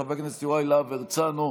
חבר הכנסת בועז טופורובסקי,